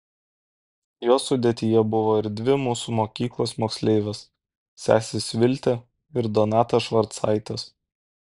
jos sudėtyje buvo ir dvi mūsų mokyklos moksleivės sesės viltė ir donata švarcaitės